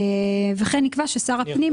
וכן נקבע ששר הפנים,